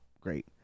great